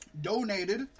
donated